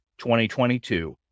2022